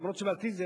אף שלדעתי,